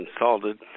insulted